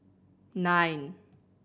nine